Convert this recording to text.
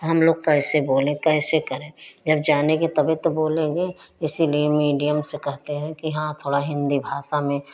हम लोग कैसे बोलें कैसे करें जब जानेंगे तभी त बोलेंगे इसलिए मीडियम से कहते हैं कि हाँ थोड़ा हिंदी भाषा में